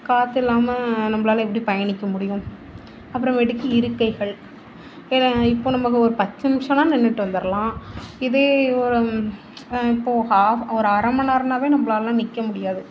காற்று இல்லாமல் நம்மளால எப்படி பயணிக்க முடியும் அப்புறமேட்டுக்கு இருக்கைகள் ஏன்னால் இப்போ நமக்கு ஒரு பத்து நிமிஷம்னால் நின்றுட்டு வந்துடலாம் இதே ஒரு இப்போது ஹாஃப் ஒரு அரை மணி நேரன்னாவே நம்மளால நிற்க முடியாது